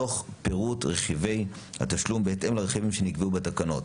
תוך פירוט רכיבי התשלום בהתאם לרכיבים שנקבעו בתקנות.